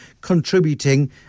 contributing